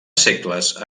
segles